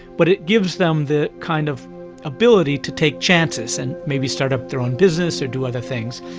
but it gives them the kind of ability to take chances and maybe start up their own business or do other things.